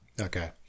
okay